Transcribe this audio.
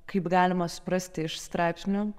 kaip galima suprasti iš straipsnių